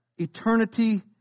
eternity